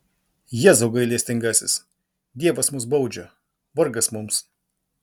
jėzau gailestingasis dievas mus baudžia vargas mums